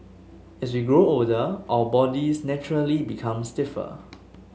as we grow older our bodies naturally become stiffer